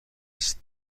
است